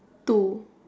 two